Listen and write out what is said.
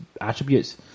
attributes